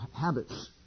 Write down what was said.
habits